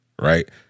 right